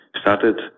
started